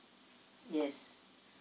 yes